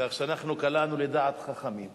כך שאנחנו קלענו לדעת חכמים.